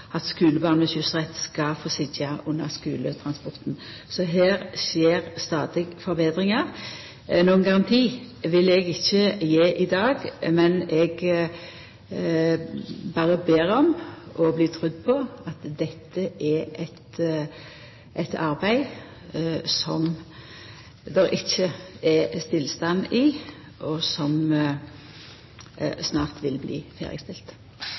at skulebarn med skyssrett skal få sitja under skuletransporten. Så det skjer stadig forbetringar. Nokon garanti vil eg ikkje gje i dag, men eg ber om å bli trudd på at dette er eit arbeid som det ikkje er stillstand i, og som snart vil bli